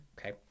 Okay